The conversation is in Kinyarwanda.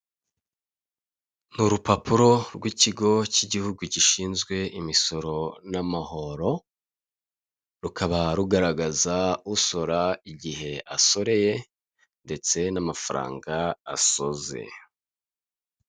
Ni urupapuro rw'ikigo cy'igihugu gishinzwe imisoro n'amahoro, rukaba rugaragaza usora igihe asoreye ndetse, n'amafaranga asoze.